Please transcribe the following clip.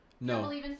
No